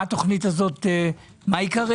מה עיקריה?